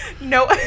No